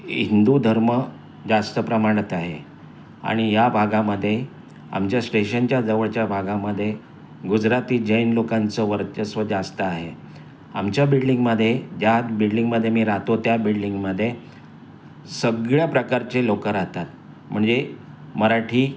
हिंदू धर्म जास्त प्रमाणात आहे आणि या भागामध्ये आमच्या स्टेशनच्या जवळच्या भागामध्ये गुजराती जैन लोकांचं वर्चस्व जास्त आहे आमच्या बिल्डिंगमध्ये ज्या बिल्डिंगमध्ये मी राहतो त्या बिल्डिंगमध्ये सगळ्या प्रकारचे लोकं राहतात म्हणजे मराठी